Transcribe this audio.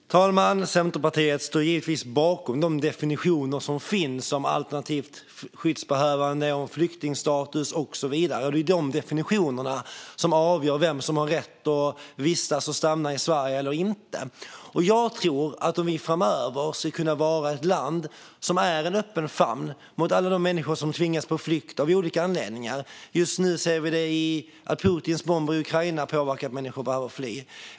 Fru talman! Centerpartiet står givetvis bakom de definitioner som finns av alternativt skyddsbehövande, flyktingstatus och så vidare. Det är de definitionerna som avgör om någon har rätt att vistats och stanna i Sverige eller inte. Många människor tvingas på flykt av olika anledningar. Just nu ser vi hur Putins bomber i Ukraina påverkar människor så att de behöver fly.